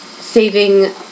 saving